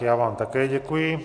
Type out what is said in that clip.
Já vám také děkuji.